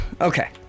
okay